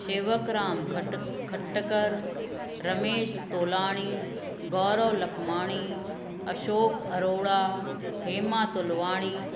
Shewak Ram Khatkar Ramesh Tolani Gaurav Lakhmani Ashok Arora Hema Tulwani